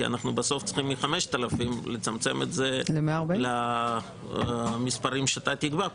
כי אנחנו בסוף צריכים מ-5,000 לצמצם את זה למספרים שאתה תקבע פה.